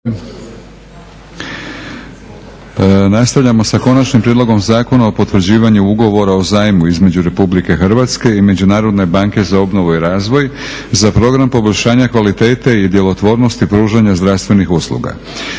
da kažem podržati ćemo Zakon o potvrđivanju Ugovora o zajmu između Republike Hrvatske i Međunarodne banke za obnovu i razvoj za program poboljšanja kvalitete i djelotvornosti pružanja zdravstvenih usluga